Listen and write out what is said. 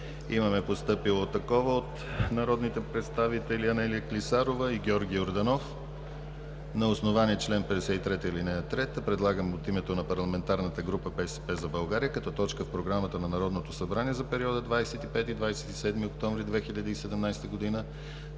имаме постъпило такова от народните представители Анелия Клисарова и Георги Йорданов: „На основание чл. 53, ал. 3 предлагам от името на парламентарната група „БСП за България“, като точка в Програмата на Народното събрание за периода 25 – 27 октомври 2017 г. да